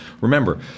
remember